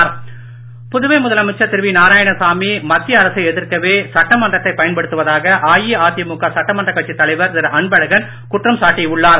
அன்பழகன் கூட்டம் புதுவை முதலமைச்சர் திரு வி நாராயணசாமி மத்திய அரசை எதிர்க்கவே சட்டமன்றத்தை பயன்படுத்துவதாக அஇஅதிமுக சட்டமன்றக் கட்சித் தலைவர் திரு அன்பழகன் குற்றம் சாட்டி உள்ளார்